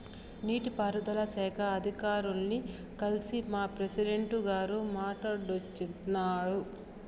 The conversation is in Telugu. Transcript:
నీటి పారుదల శాఖ అధికారుల్ని కల్సి మా ప్రెసిడెంటు గారు మాట్టాడోచ్చినారు